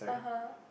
(uh huh)